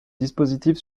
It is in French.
dispositif